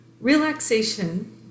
Relaxation